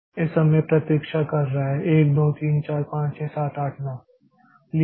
तो यह इस समय प्रतीक्षा कर रहा है 1 2 3 4 5 6 7 8 9